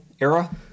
era